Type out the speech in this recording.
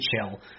chill